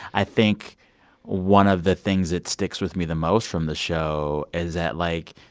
i think one of the things that sticks with me the most from the show is that, like,